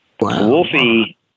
Wolfie